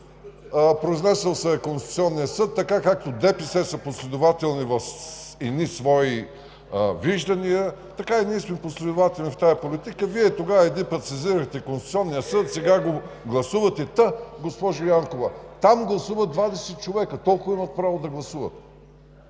Произнесъл се е Конституционният съд. Както ДПС са последователни в едни свои виждания, така и ние сме последователни в тази политика. Тогава Вие един път сезирахте Конституционния съд, сега го гласувате. Госпожо Янкова, там гласуват 20 човека. Толкова имат право да гласуват.